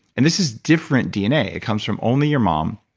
and this is different dna it comes from only your mom,